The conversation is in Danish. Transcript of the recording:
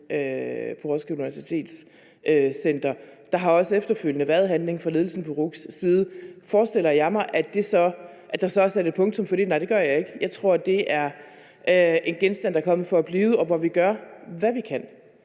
på Roskilde Universitet. Der har også efterfølgende været handling fra ledelsen på RUC's side. Forestiller jeg mig, at der så er sat et punktum for det? Nej, det gør jeg ikke. Jeg tror, at det er en genstand, der er kommet for at blive, og hvor vi gør, hvad vi kan